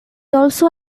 also